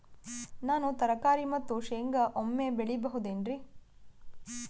ನಾನು ತರಕಾರಿ ಮತ್ತು ಶೇಂಗಾ ಒಮ್ಮೆ ಬೆಳಿ ಬಹುದೆನರಿ?